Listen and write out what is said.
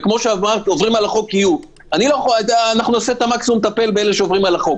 כמו שאמרת, יהיו אנשים שיעברו על החוק.